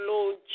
Lord